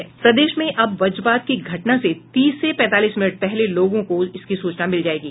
प्रदेश में अब वज्रपात की घटना से तीस से पैंतालीस मिनट पहले लोगों को इसकी सूचना मिल जायेगी